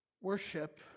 worship